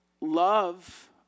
love